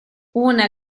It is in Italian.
una